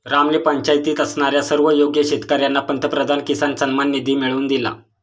रामने पंचायतीत असणाऱ्या सर्व योग्य शेतकर्यांना पंतप्रधान किसान सन्मान निधी मिळवून दिला